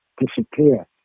disappear